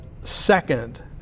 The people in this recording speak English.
second